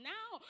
Now